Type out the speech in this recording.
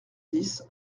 dix